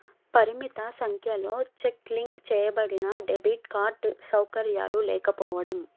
పరిమిత సంఖ్యలో cheque link చేయబడినడెబిట్ కార్డ్ సౌకర్యాలు లేకపోవడం